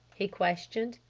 he questioned.